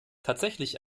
tatsächlich